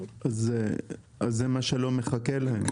זה מה שלא מחכה להם.